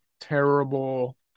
terrible